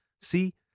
See